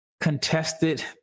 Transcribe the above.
contested